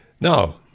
Now